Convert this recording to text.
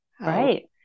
Right